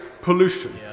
pollution